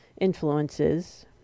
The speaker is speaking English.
influences